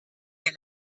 der